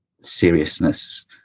seriousness